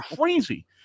crazy